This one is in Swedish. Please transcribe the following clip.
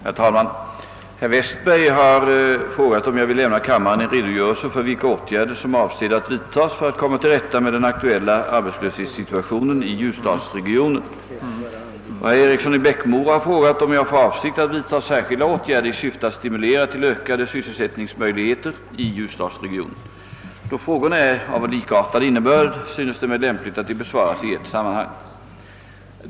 Herr talman! Herr Westberg har frågat om jag vill lämna kammaren en redogörelse för vilka åtgärder som är avsedda att vidtas för att komma till rätta med den aktuella arbetslöshetssituatio nen i ljusdalsregionen och herr Eriksson i Bäckmora har frågat om jag har för avsikt att vidta särskilda åtgärder i syfte att stimulera till ökade sysselsättningsmöjligheter i ljusdalsregionen. Då frågorna är av likartad innebörd synes det mig lämpligt att de besvaras i ett sammanhang.